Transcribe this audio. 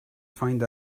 find